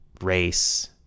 race